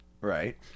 Right